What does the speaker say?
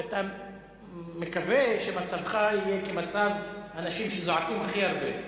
ואתה מקווה שמצבך יהיה כמצב האנשים שזועקים הכי הרבה.